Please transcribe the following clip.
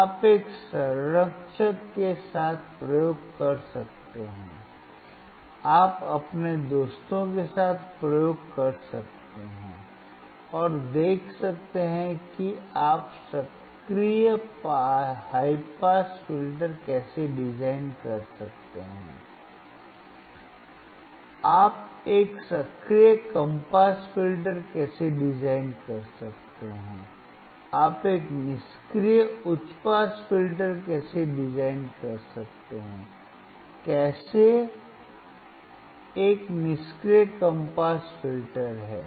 आप एक संरक्षक के साथ प्रयोग कर सकते हैं आप अपने दोस्तों के साथ प्रयोग कर सकते हैं और देख सकते हैं कि आप सक्रिय हाई पास फिल्टर कैसे डिजाइन कर सकते हैं आप एक सक्रिय कम पास फिल्टर कैसे डिजाइन कर सकते हैं आप एक निष्क्रिय उच्च पास फिल्टर कैसे डिजाइन कर सकते हैं कैसे कैन एक निष्क्रिय कम पास फिल्टर है